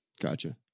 Gotcha